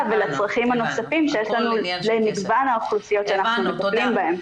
ולצרכים הנוספים שיש לנו למגוון האוכלוסיות שאנחנו מטפלים בהן.